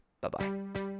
Bye-bye